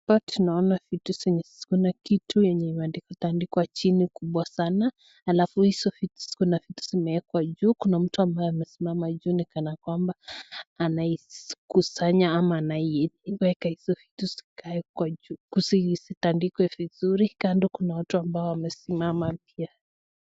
Hapa tunaona kuna kitu yenye imetandikwa chini kubwa sana, halafu hizo vitu kuna vitu zimewekwa juu, kuna mtu ambaye amesimama juu ni kana kwamba anaikusanya ama anaiweka hizo vitu zikae huko juu zitandikwe vizuri, kando kuna watu ambao wamesimama pia.